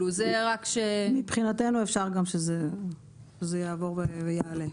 מבחינתנו אפשר גם שזה יעבור ויעלה.